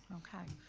okay.